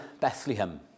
Bethlehem